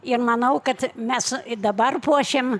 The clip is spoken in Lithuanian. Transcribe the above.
ir manau kad mes dabar puošiam